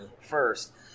first